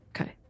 Okay